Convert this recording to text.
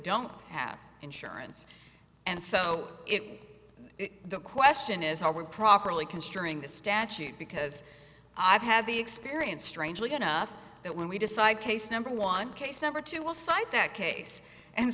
don't have insurance and so it the question is how would properly considering the statute because i've had the experience strangely enough that when we decide case number one case number two will cite that case and